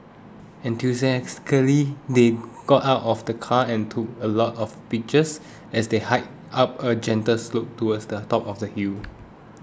enthusiastically they got out of the car and took a lot of pictures as they hiked up a gentle slope towards the top of the hill